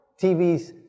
TVs